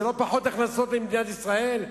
זה לא פחות הכנסות למדינת ישראל?